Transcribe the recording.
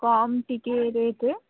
କମ୍ ଟିକେ ରେଟ୍ରେ